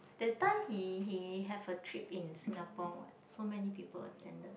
that time he he have a trip in Singapore what so many people attended